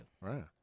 Right